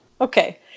Okay